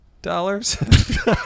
dollars